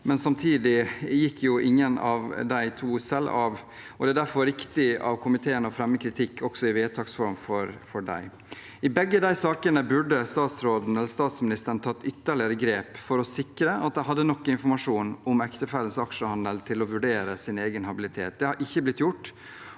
regjeringen nå, men ingen av de to gikk av selv, og det er derfor riktig av komiteen å fremme kritikk også i vedtaksform mot dem. I begge de sakene burde statsrådene og statsministeren tatt ytterligere grep for å sikre at de hadde nok informasjon om ektefelles aksjehandel til å vurdere egen habilitet. Det har ikke blitt gjort,